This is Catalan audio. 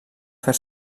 fer